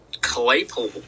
Claypool